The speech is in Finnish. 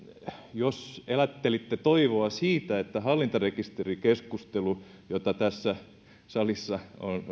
jos elättelitte toivoa siitä että hallintarekisterikeskustelu jota tässä salissa